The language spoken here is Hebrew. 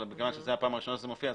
אבל מכיוון שזאת הפעם הראשונה שזה מופיע,